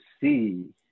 see